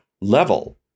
level